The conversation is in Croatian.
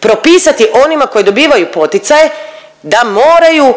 propisati onima koji dobivaju poticaje da moraju,